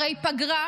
הרי פגרה